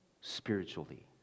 spiritually